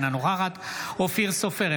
אינה נוכחת אופיר סופר,